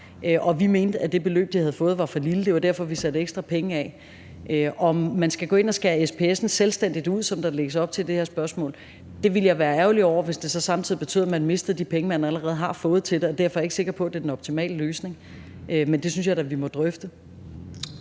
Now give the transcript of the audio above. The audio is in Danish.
og vi mente, det beløb, de havde fået, var for lille. Det var derfor, vi satte ekstra penge af. Hvis man skulle gå ind og skære SPS'en selvstændigt ud, som der lægges op til i det her spørgsmål, ville jeg være ærgerlig, hvis det så samtidig betød, at man mistede de penge, man allerede havde fået til det. Og derfor er jeg ikke sikker på, at det er den optimale løsning. Men det synes jeg da vi må drøfte.